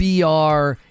BR